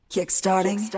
Kick-starting